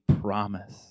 promise